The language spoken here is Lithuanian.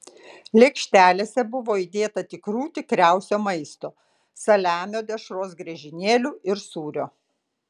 lėkštelėse buvo įdėta tikrų tikriausio maisto saliamio dešros griežinėlių ir sūrio